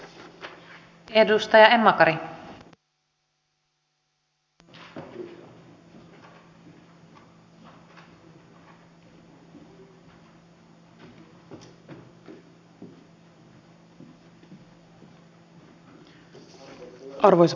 arvoisa puhemies